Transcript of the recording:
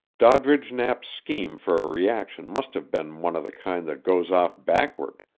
doddridge knapp's scheme for a reaction must have been one of the kind that goes off backward,